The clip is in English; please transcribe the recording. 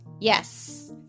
Yes